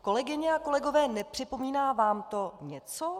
Kolegyně a kolegové, nepřipomíná vám to něco?